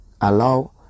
allow